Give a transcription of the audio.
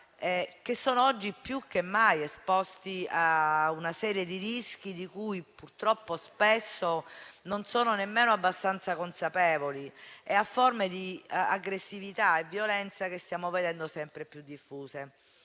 che sono oggi più che mai esposti a una serie di rischi, di cui purtroppo spesso non sono nemmeno abbastanza consapevoli, e a forme di aggressività e violenza che stiamo vedendo sempre più diffuse.